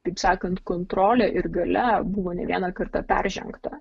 kaip sakant kontrolė ir galia buvo ne vieną kartą peržengta